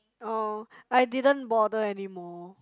oh I didn't bother anymore